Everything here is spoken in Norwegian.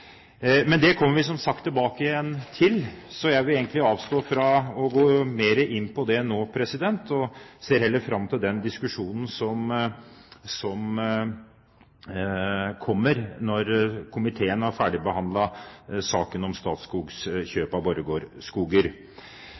Men det kommer vi som sagt tilbake til, så jeg vil egentlig avstå fra å gå mer inn på det nå, og ser heller fram til den diskusjonen som kommer når komiteen har ferdigbehandlet saken om Statskogs kjøp av